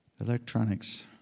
Electronics